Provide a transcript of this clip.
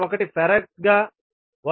1 farad గా వస్తాయి